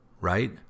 right